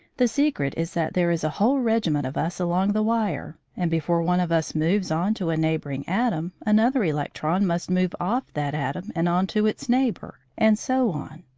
the secret is that there is a whole regiment of us along the wire, and before one of us moves on to a neighbouring atom, another electron must move off that atom and on to its neighbour, and so on.